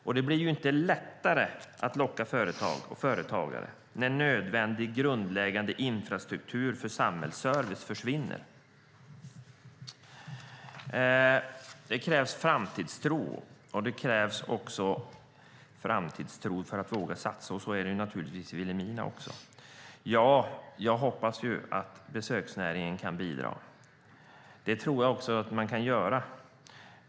Och det blir ju inte lättare att locka företag och företagare när nödvändig, grundläggande infrastruktur för samhällsservice försvinner. Det krävs framtidstro, och det krävs framtidstro för att våga satsa. Så är det naturligtvis i Vilhelmina också. Ja, jag hoppas att besöksnäringen kan bidra. Det tror jag också att den kan göra.